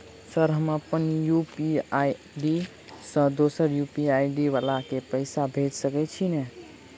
Sir हम अप्पन UPI ID सँ दोसर यु.पी.आई आई.डी वला केँ पैसा भेजि सकै छी नै?